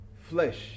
flesh